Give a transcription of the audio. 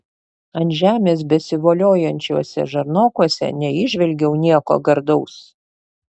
ant žemės besivoliojančiuose žarnokuose neįžvelgiau nieko gardaus